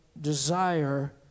desire